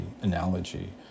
analogy